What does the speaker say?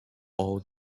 all